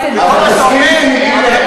אבל תסכים אתי,